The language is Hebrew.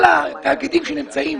כל התאגידים שנמצאים